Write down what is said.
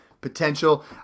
potential